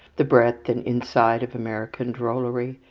the breadth and insight of american drollery,